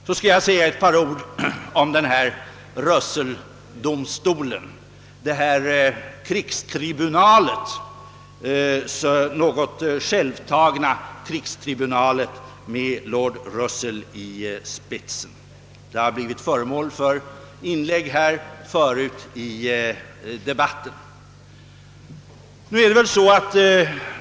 Sedan skall jag också säga några ord om Russelldomstolen, detta något självtagna krigstribunal som lord Russell står i spetsen för och som redan tidigare föranlett inlägg i denna debatt.